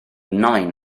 nain